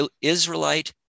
Israelite